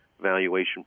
valuation